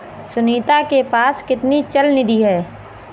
सुनीता के पास कितनी चल निधि है?